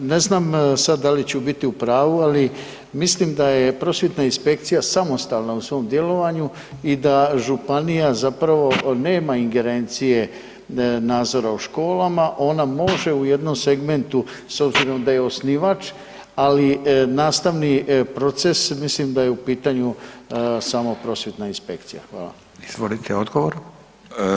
Ne znam sad da li ću biti u pravu, ali mislim da je prosvjetna inspekcija samostalna u svom djelovanju i da županija zapravo nema ingerencije nazora u školama, ona može u jednom segmentu, s obzirom da je osnivač, ali nastavni proces, mislim da je u pitanju samo prosvjetna inspekcija.